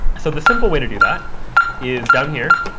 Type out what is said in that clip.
so the simple way to do that is down here,